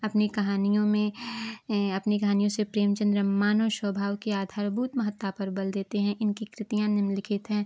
अपनी कहानियों में अपनी कहानियों से प्रेमचन्द्र मानव स्वभाव के आधारभूत महत्ता पर बल देते हैं इनकी कृतियाँ निम्नलिखित हैं